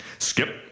Skip